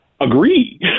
agree